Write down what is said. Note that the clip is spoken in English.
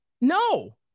No